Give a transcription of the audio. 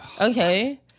okay